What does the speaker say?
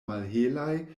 malhelaj